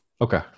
Okay